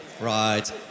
Right